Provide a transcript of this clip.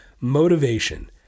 motivation